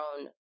own